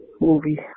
movie